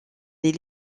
les